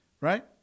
right